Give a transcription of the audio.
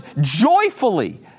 joyfully